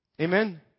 Amen